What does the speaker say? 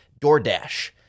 DoorDash